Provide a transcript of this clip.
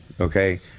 okay